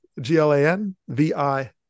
G-L-A-N-V-I